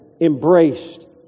embraced